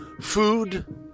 food